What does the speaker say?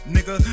Nigga